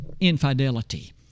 infidelity